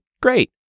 great